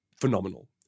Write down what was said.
phenomenal